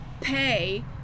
pay